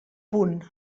punt